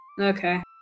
Okay